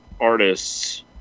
artists